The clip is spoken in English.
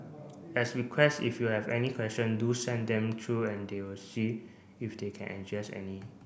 as request if you have any question do send them through and they will see if they can address any